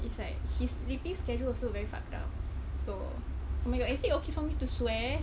it's like his sleeping schedule also very fuck up so oh my god is it okay for me to swear